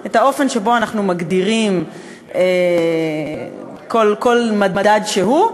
את האופן שבו אנחנו מגדירים כל מדד שהוא,